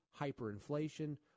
hyperinflation